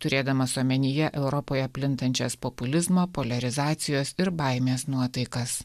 turėdamas omenyje europoje plintančias populizmo poliarizacijos ir baimės nuotaikas